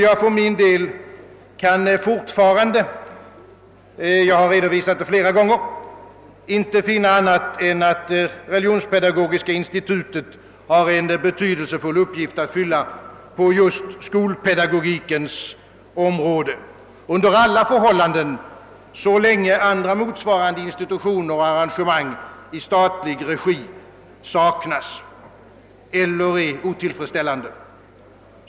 Jag för min del kan fortfarande — jag har redovisat det flera gånger — inte finna annat än att Religionspedagogiska institutet har en betydelsefull uppgift att fylla just på skolpedagogikens område, under alla förhållanden så länge andra motsvarande institutioner och arrangemansg i statlig regi saknas eller är otillfredsställande.